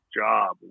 job